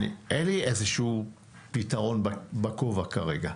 אין לי פתרון בכובע כרגע.